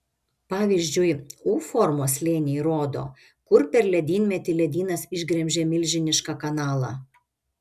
pavyzdžiui u formos slėniai rodo kur per ledynmetį ledynas išgremžė milžinišką kanalą